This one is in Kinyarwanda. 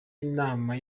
inama